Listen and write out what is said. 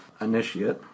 initiate